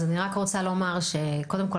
אז אני רק רוצה לומר: קודם כל,